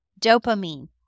Dopamine